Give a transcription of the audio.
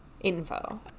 info